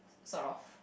sort of